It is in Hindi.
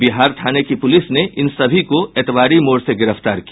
बिहार थाने की पूलिस ने इन सभी को एतवारी मोड़ से गिरफ्तार किया